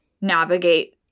navigate